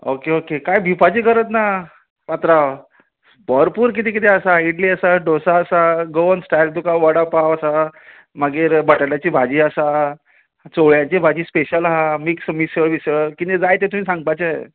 okay okay कांय भिवपाची गरज ना पात्रांव भरपूर कितें कितें आसा इडली आसा डोसा आसा गोवन स्टायल तुका वडापाव आसा मागीर बटाटाची भाजी आसा चवळ्याची भाजी स्पेशल आहा मिक्स मिसळ बिसळ कितें जाय तें तुवें सांगपाचें